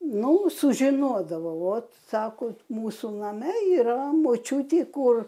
nu sužinodavau ot sako mūsų name yra močiutė kur